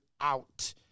out